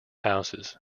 houses